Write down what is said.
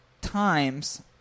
times